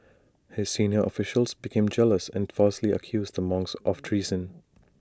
his senior officials became jealous and falsely accused the monks of treason